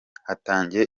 hatangiye